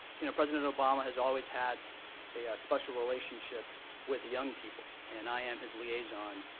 you know, president obama has always had a special relationship with young people and i am his liaison.